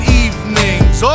evenings